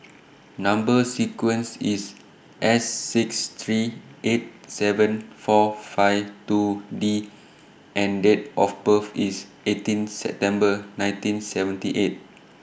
Number sequence IS S six three eight seven four five two D and Date of birth IS eighteen September nineteen seventy eight